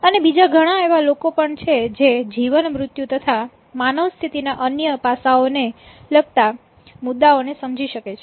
અને બીજા ઘણા એવા લોકો પણ છે જે જીવન મૃત્યુ તથા માનવ સ્થિતિના અન્ય પાસાઓ ને લગતા મુદ્દાઓ ને સમજી શકે છે